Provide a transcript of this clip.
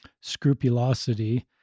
scrupulosity